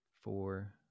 four